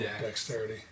dexterity